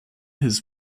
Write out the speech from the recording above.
his